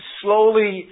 slowly